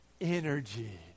energy